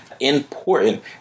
important